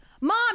mom